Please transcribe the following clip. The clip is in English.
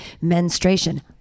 menstruation